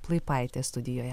plaipaitė studijoje